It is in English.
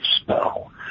spell